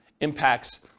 impacts